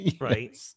Right